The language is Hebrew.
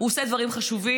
הוא עושה דברים חשובים,